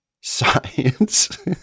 science